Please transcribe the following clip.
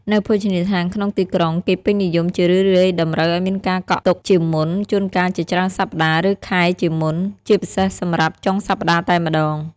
នៅភោជនីយដ្ឋានក្នុងទីក្រុងគេពេញនិយមជារឿយៗតម្រូវឱ្យមានការកក់ទុកជាមុន ជួនកាលជាច្រើនសប្តាហ៍ ឬខែជាមុន ជាពិសេសសម្រាប់ចុងសប្តាហ៍តែម្តង។